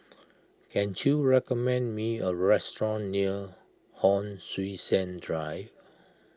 can you recommend me a restaurant near Hon Sui Sen Drive